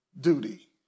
duty